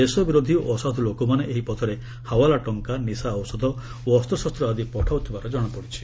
ଦେଶ ବିରୋଧୀ ଓ ଅସାଧୁ ଲୋକମାନେ ଏହି ପଥରେ ହାଓଲାଟଙ୍କା ନିଶା ଔଷଧ ଓ ଅସ୍ତ୍ରଶସ୍ତ୍ର ଆଦି ପଠଉଥିବାର ଜଣାପଡ଼ିଛି